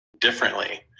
differently